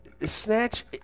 Snatch